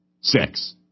six